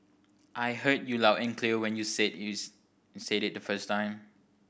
I heard you loud and clear when you said its you said it the first time